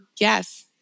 yes